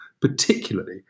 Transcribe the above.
particularly